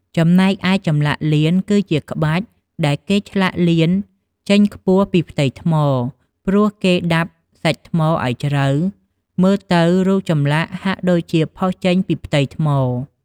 ចំណែកឯចម្លាក់លៀនគឺជាក្បាច់ដែលគេឆ្លាក់លៀនចេញខ្ពស់ពីផ្ទៃថ្ម ព្រោះគេដាប់សាច់ថ្មឱ្យជ្រៅ មើលទៅរូបចម្លាក់ហាក់ដូចជាផុសចេញពីផ្ទៃថ្ម។